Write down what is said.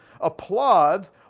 applauds